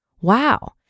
Wow